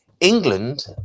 England